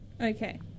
Okay